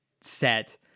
set